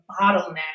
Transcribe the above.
bottleneck